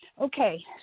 Okay